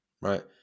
right